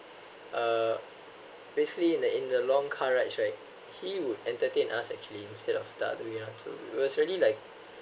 uh basically in the in the long car rides right he would entertain us actually instead of does we are to it was really like